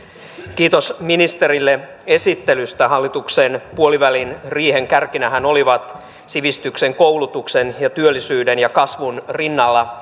kiitos ministerille esittelystä hallituksen puoliväliriihen kärkinähän olivat sivistyksen koulutuksen ja työllisyyden ja kasvun rinnalla